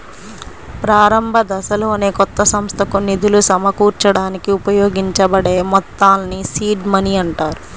ప్రారంభదశలోనే కొత్త సంస్థకు నిధులు సమకూర్చడానికి ఉపయోగించబడే మొత్తాల్ని సీడ్ మనీ అంటారు